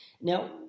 Now